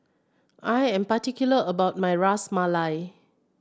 I am particular about my Ras Malai